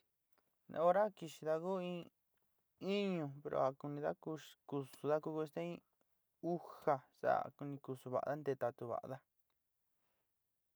Ja hora kixidá ku in níñúu pero a kunidá kusudá ku ste in uja sa'a kuni kusu va'adá ntetatu va'adá.